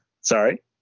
sorry